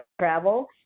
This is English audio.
travel